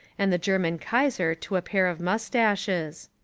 and the german kaiser to a pair of moustaches.